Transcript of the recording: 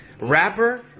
rapper